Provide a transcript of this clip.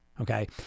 okay